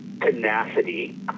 tenacity